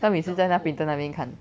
他每次在那 printer 那边看